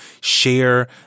share